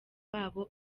babo